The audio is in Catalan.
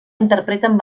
interpreten